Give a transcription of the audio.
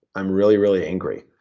i'm really, really angry,